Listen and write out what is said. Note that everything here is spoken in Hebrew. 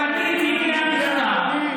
פניתי, הינה המכתב.